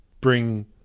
bring